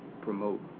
promote